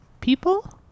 people